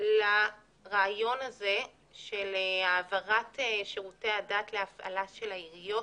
בוחן לרעיון הזה של העברת שירותי הדת להפעלה של העיריות,